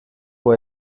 può